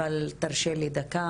אבל תרשה לי דקה,